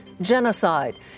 genocide